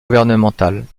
gouvernementales